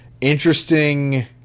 interesting